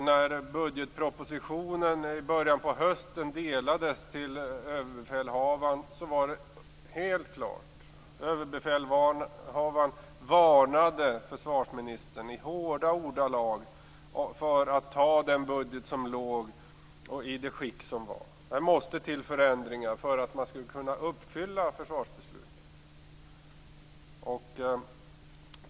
När budgetpropositionen i början på hösten delades till överbefälhavaren var det helt klart. Överbefälhavaren varnade försvarsministern i hårda ordalag för att anta den budget som låg i det skick den var. Det måste till förändringar för att man skall kunna uppfylla försvarsbeslutet.